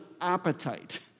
appetite